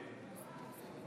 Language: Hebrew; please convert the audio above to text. שלוש דקות,